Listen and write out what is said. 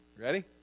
Ready